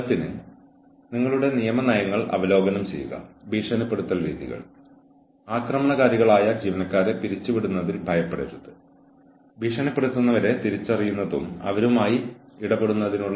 ജീവനക്കാരൻ യുക്തിരഹിതമായ പെരുമാറ്റത്തിൽ ഏർപ്പെട്ടതായി തെളിയിക്കപ്പെട്ടാൽ ജീവനക്കാരനോട് എന്ത് ചെയ്യുമെന്ന് ജീവനക്കാരൻ അറിഞ്ഞിരിക്കണം